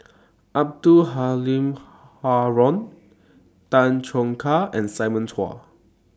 Abdul Halim Haron Tan Choo Kai and Simon Chua